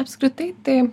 apskritai tai